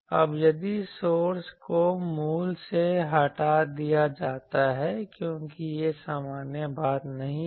अब यदि सोर्स को मूल से हटा दिया जाता है क्योंकि यह सामान्य बात नहीं है